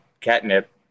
catnip